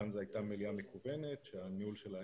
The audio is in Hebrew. כאן זו הייתה מליאה מקוונת שהניהול שלה